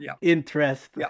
interest